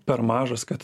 per mažas kad